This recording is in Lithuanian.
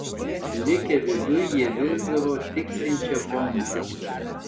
likę viduj jie virsdavo tiksinčia bomba